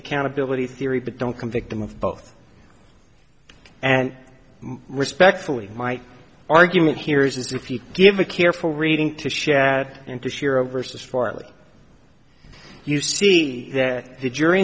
accountability theory but don't convict him of both and respectfully my argument here is if you give a careful reading to share that into shiro versus farley you see that the jury